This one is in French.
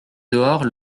dehors